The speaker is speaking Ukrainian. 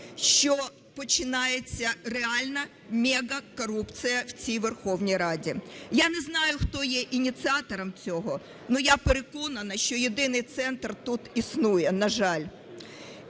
що починається реальна мегакорупція в цій Верховній Раді. Я не знаю, хто є ініціатором цього, але я переконана, що єдиний центр тут існує, на жаль.